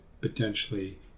potentially